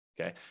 Okay